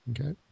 Okay